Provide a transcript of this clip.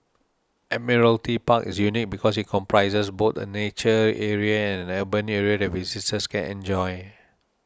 Admiralty Park is unique because it comprises both a nature area and an urban area that visitors can enjoy